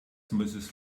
mrs